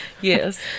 Yes